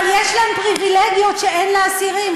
אבל יש להם פריבילגיות שאין לאסירים.